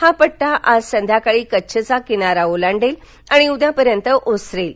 हा पट्टा आज संध्याकाळी कच्छचा किनारा ओलांडेल आणि उद्यापर्यंत ओसरेल